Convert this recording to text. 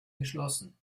geschlossen